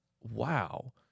Wow